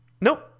Nope